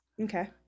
Okay